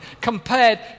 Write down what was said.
compared